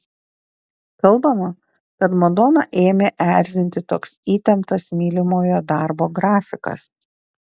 kalbama kad madoną ėmė erzinti toks įtemptas mylimojo darbo grafikas